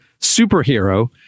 superhero